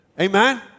Amen